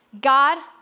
God